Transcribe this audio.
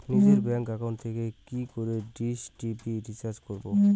নিজের bank account থেকে কি করে ডিশ টি.ভি রিচার্জ করবো?